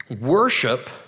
worship